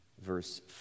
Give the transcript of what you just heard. verse